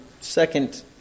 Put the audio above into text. second